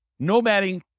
nomading